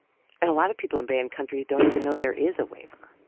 and a lot of people in banned countries don't even know there is a waiver.